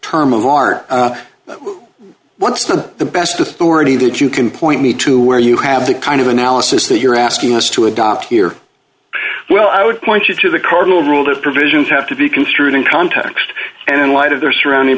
term of art what's the best authority that you can point me to where you have the kind of analysis that you're asking us to adopt here well i would point you to the cardinal rule that provisions have to be construed in context and in light of their surrounding